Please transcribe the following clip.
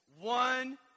One